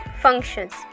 functions